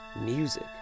music